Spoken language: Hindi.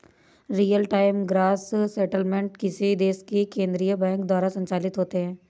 रियल टाइम ग्रॉस सेटलमेंट किसी देश के केन्द्रीय बैंक द्वारा संचालित होते हैं